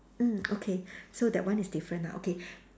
mm okay so that one is different ah okay